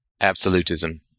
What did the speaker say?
absolutism